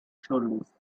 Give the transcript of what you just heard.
shoulders